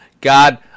god